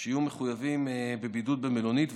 הם היו מחויבים בבידוד במלונית,